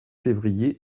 février